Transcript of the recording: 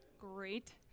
Great